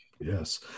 Yes